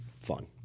fun